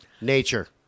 Nature